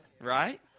Right